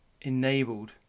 enabled